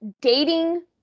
dating